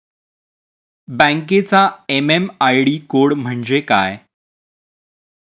बँकेचा MM ID code म्हणजे काय?